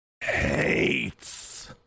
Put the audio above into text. hates